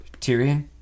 Tyrion